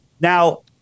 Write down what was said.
now